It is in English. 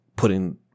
Putting